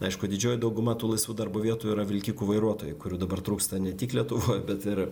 aišku didžioji dauguma tų laisvų darbo vietų yra vilkikų vairuotojai kurių dabar trūksta ne tik lietuvoj bet ir